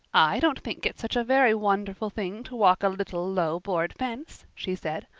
i don't think it's such a very wonderful thing to walk a little, low, board fence, she said.